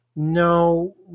no